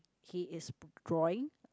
he is drawing